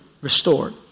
restored